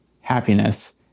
happiness